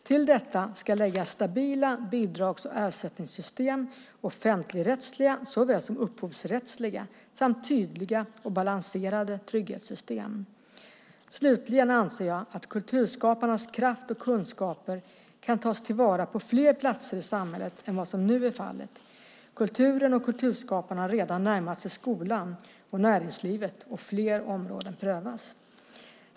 Till detta ska läggas stabila bidrags och ersättningssystem, offentligrättsliga såväl som upphovsrättsliga, samt tydliga och balanserade trygghetssystem. Slutligen anser jag att kulturskaparnas kraft och kunskaper kan tas till vara på fler platser i samhället än vad som nu är fallet; kulturen och kulturskaparna har redan närmat sig skolan och näringslivet, och fler områden prövas.